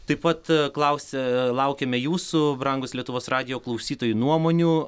taip pat klausia laukiame jūsų brangūs lietuvos radijo klausytojai nuomonių